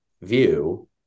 view